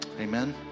Amen